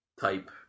type